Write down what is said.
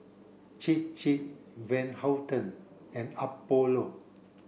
Chir Chir Van Houten and Apollo